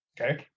okay